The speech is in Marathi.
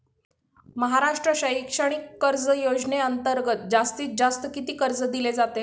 महाराष्ट्र शैक्षणिक कर्ज योजनेअंतर्गत जास्तीत जास्त किती कर्ज दिले जाते?